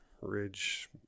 Ridge